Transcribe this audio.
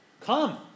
Come